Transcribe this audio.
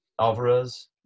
Alvarez